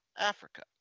Africa